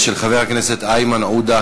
של חבר הכנסת איימן עוּדָה